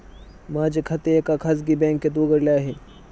माझे खाते एका खाजगी बँकेत उघडले आहे